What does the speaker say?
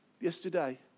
yesterday